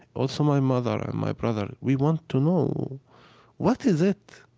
also my mother and my brother, we want to know what is it.